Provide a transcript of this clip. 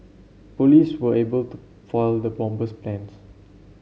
police were able to foil the bomber's plans